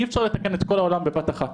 אי אפשר לתקן את כל העולם בבת אחת.